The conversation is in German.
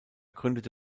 gründete